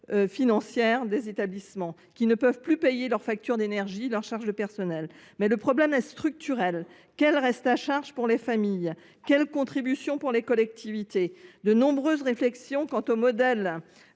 financières des établissements, qui ne peuvent plus payer leurs factures d’énergie ni leurs charges de personnel. Le problème est structurel : quel reste à charge pour les familles ? Quelle contribution pour les collectivités ? De nombreuses réflexions ont été menées